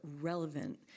relevant